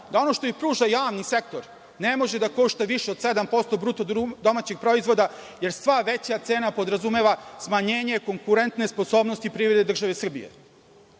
da ono što im pruža javni sektor ne može da košta više od 7% bruto domaćeg proizvoda jer sva veća cena podrazumeva smanjenje konkurentne sposobnosti privrede države Srbije.